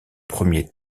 premier